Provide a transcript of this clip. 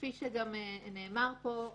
כפי שגם נאמר פה,